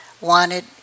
wanted